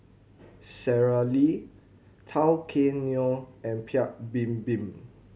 Sara Lee Tao Kae Noi and Paik Bibim